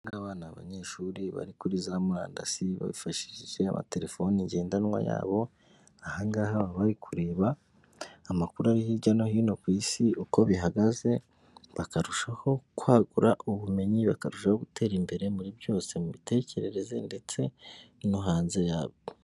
Aba ngaba ni abanyeshuri bari kuri za murandasi bifashishije amaterefoni ngendanwa yabo, aha ngaha baba bari kureba amakuru ari hirya no hino ku isi uko bihagaze bakarushaho kwagura ubumenyi, bakarushaho gutera imbere muri byose, mu mitekerereze ndetse no hanze yabwo.